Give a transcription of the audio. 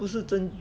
不是真